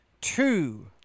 two